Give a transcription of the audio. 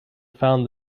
found